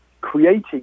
creating